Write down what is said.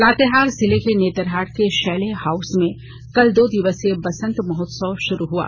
लातेहार जिले के नेतरहाट के शैले हाउस में कल दो दिवसीय बसंत महोत्सव शुरू हुआ